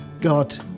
God